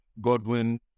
Godwin